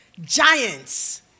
giants